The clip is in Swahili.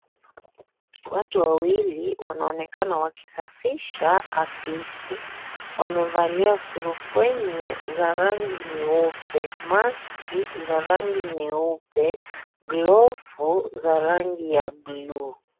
Watu wawili wanaonekana wakisafisha afisi. Wamevalia surubwenye za rangi nyeupe, maski za rangi nyeupe, glovu za rangi ya bluu.